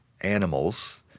animals